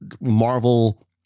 Marvel